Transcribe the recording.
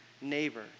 neighbor